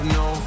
no